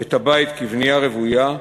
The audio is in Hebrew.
את הבית כבנייה רוויה,